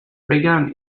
began